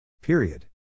Period